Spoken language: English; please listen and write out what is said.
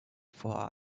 for